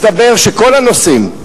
מסתבר שכל הנוסעים,